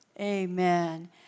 Amen